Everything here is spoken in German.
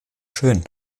schön